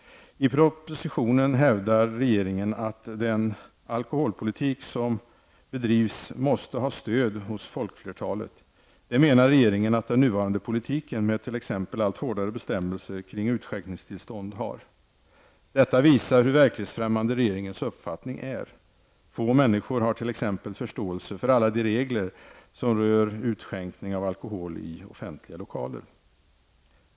I propositionen hävdar regeringen att den alkoholpolitik som bedrivs måste ha stöd hos folkflertalet. Det menar regeringen att den nuvarande politiken, med t.ex. allt hårdare bestämmelser kring utskänkningstillstånd, har. Detta visar hur verklighetsfrämmande regeringens uppfattning är. Få människor har t.ex. förståelse för alla de regler som rör utskänkning av alkohol i offentliga lokaler.